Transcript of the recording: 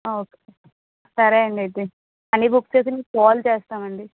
okay సరే అండి అయితే అన్నీ బుక్ చేసి మీకు కాల్ చేస్తామండి